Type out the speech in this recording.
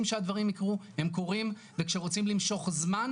שהדברים יקרו הם קורים וכשרוצים למשוך זמן,